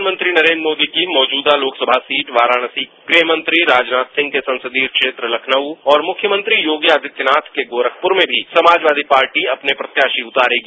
प्रधानमंत्री नरेन्द्र मोदी की मौजूदा लोकसभा सीट वाराणसी गृहमंत्री राजनाथ सिंह के संसदीय क्षेत्र लखनऊ और मुख्यमंत्री योगी आदित्यनाथ के गोरखपुर में भी समाजवादी पार्टी अपने प्रत्याशी उतारेगी